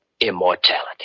immortality